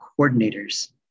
coordinators